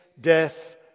death